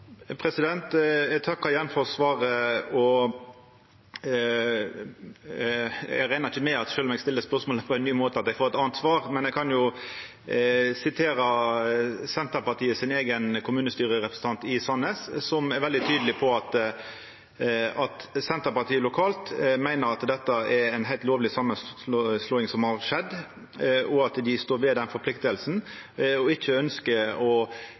Eg takkar igjen for svaret. Eg reknar ikkje med at eg får eit anna svar sjølv om eg stiller spørsmålet på ein ny måte, men eg kan jo sitera Senterpartiet sin eigen kommunestyrerepresentant i Sandnes, som er veldig tydeleg på at Senterpartiet lokalt meiner at det er ei heilt lovleg samanslåing som har skjedd, og at dei står ved den avgjerda og ikkje ønskjer å